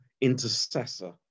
intercessor